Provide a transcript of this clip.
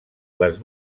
les